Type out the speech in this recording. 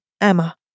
Emma